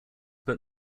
but